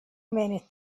many